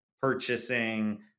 purchasing